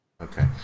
Okay